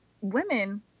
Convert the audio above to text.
women